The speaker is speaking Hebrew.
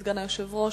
סגן היושב-ראש,